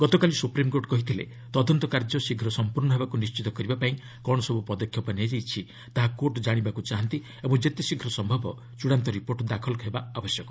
ଗତକାଲି ସୁପ୍ରିମ୍କୋର୍ଟ କହିଥିଲେ ତଦନ୍ତ କାର୍ଯ୍ୟ ଶୀଘ୍ର ସମ୍ପର୍ଣ୍ଣ ହେବାକୁ ନିଶ୍ଚିତ କରିବାପାଇଁ କ'ଣ ସବୁ ପଦକ୍ଷେପ ନିଆଯାଇଛି ତାହା କୋର୍ଟ ଜାଶିବାକୁ ଚାହାନ୍ତି ଏବଂ ଯେତେ ଶୀଘ୍ର ସମ୍ଭବ ଚ୍ଚଡ଼ାନ୍ତ ରିପୋର୍ଟ ଦାଖଲ ହେବା ଆବଶ୍ୟକ